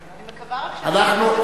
אני מקווה רק, אנחנו,